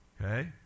Okay